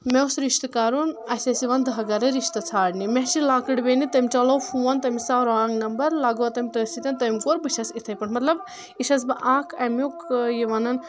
مےٚ اوس رشتہٕ کرُن اسہِ ٲسۍ یِوان دہ گرٕ رشتہٕ ژھانڑنہِ مےٚ چھِ لۄکٕٹ بیٚنہِ تٔمۍ چلوو فون تٔمِس آو رانٛگ نمبر لگوو تٔمۍ تٔتھۍ سۭتٮ۪ن تٔمۍ کوٚر بہٕ چھس اتھٕے پٲٹھۍ مطلب یہِ چھس بہٕ اکھ امیُک یہِ ونان